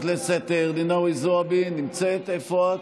איפה את?